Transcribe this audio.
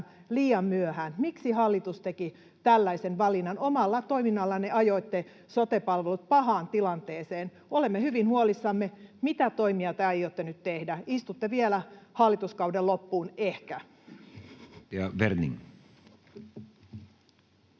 liian myöhään. Miksi hallitus teki tällaisen valinnan? Omalla toiminnallanne ajoitte sote-palvelut pahaan tilanteeseen. Olemme hyvin huolissamme. Mitä toimia te aiotte nyt tehdä? Istutte vielä hallituskauden loppuun — ehkä. [Speech